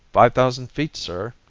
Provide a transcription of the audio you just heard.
five thousand feet, sir,